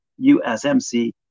USMC